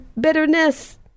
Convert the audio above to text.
Bitterness